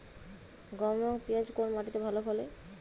গম এবং পিয়াজ কোন মাটি তে ভালো ফলে?